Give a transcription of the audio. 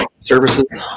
services